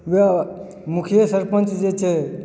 ओएह मुखिए सरपञ्च जे छै